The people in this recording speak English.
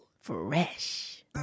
Fresh